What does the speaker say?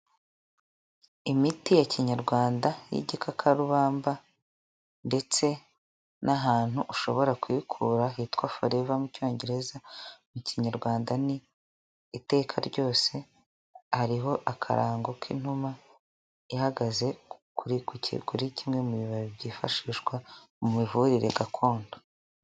Imiti ya kinyarwanda y'igikakarubamba ndetse n'ahantu ushobora kuyikura hitwa ''forever'' mu cyongereza mu kinyarwanda ni ''iteka ryose'' hariho akarango k'inuma ihagaze kuri kimwe mu bintu byifashishwa mu mivurire gakondo.